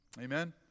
Amen